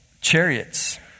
chariots